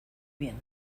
bien